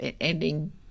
ending